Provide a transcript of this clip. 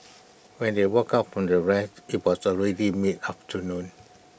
when they woke up from their rest IT was already mid afternoon